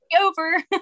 over